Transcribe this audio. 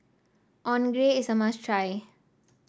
onigiri is a must try